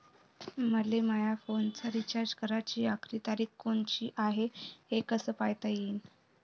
मले माया फोनचा रिचार्ज कराची आखरी तारीख कोनची हाय, हे कस पायता येईन?